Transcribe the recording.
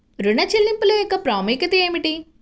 ఋణ చెల్లింపుల యొక్క ప్రాముఖ్యత ఏమిటీ?